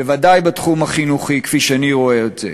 בוודאי בתחום החינוכי, כפי שאני רואה את זה.